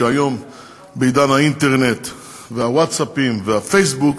שהיום בעידן האינטרנט והווטסאפים והפייסבוק